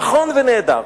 נכון ונהדר.